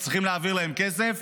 צריכים עוד להעביר להם כסף.